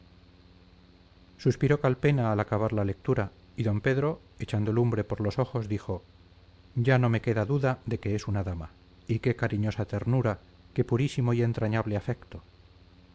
leganés suspiró calpena al acabar la lectura y d pedro echando lumbre por los ojos dijo ya no me queda duda de que es una dama y qué cariñosa ternura qué purísimo y entrañable afecto